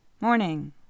Morning